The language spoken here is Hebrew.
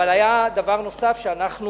אבל היה דבר נוסף: אנחנו